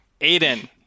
Aiden